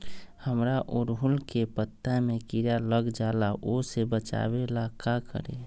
हमरा ओरहुल के पत्ता में किरा लग जाला वो से बचाबे ला का करी?